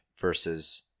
versus